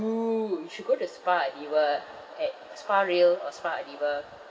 boo you should go to spa Adeva at spa Rael or spa Adeva